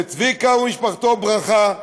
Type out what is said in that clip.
לצביקה ומשפחתו ברכה,